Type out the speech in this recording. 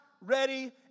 ready